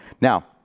Now